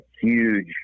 huge